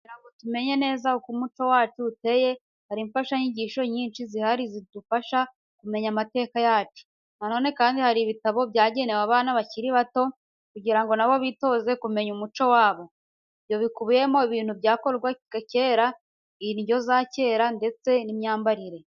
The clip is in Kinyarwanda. Kugira ngo tumenye neza uko umuco wacu uteye, hari imfashanyigisho nyinshi zihari zidufasha kumenya amateka yacu. Nanone kandi hari ibitabo byagenewe abana bakiri bato, kugira ngo nabo bitoze kumenya umuco wabo. Ibyo bikubiyemo ibintu byakorwaga kera, indyo za kera ndetse n'imyambarire.